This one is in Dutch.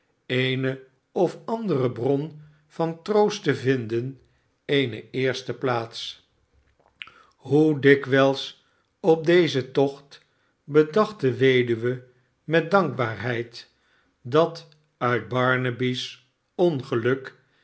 eene of andere bron van troost te vinden eene eerste plaats hoe dikwijls op dezen tocht bedacht de weduwe met dankbaarheid dat uit barnaby's ongeluk